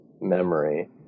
memory